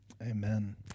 Amen